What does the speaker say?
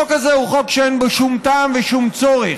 החוק הזה הוא חוק שאין בו שום טעם ואין בו שום צורך.